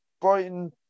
Brighton